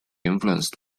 influenced